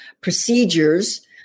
procedures